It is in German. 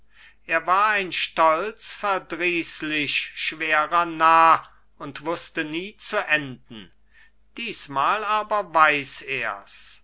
er war ein stolz verdrießlich schwerer narr und wußte nie zu enden diesmal aber weiß ers